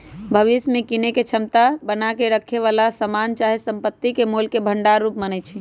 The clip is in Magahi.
भविष्य में कीनेके क्षमता बना क रखेए बला समान चाहे संपत्ति के मोल के भंडार रूप मानइ छै